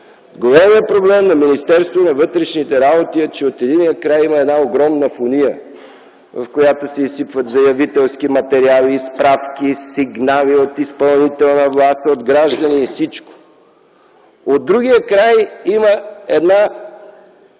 големият проблем на Министерството на вътрешните работи е, че от единия край има една огромна фуния, в която се изсипват заявителски материали, справки, сигнали от изпълнителна власт, от граждани, а от другия край има един